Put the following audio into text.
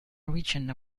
region